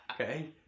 Okay